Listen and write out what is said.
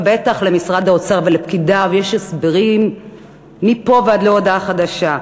ובטח למשרד האוצר ולפקידיו יש הסברים מפה ועד להודעה חדשה,